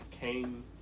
came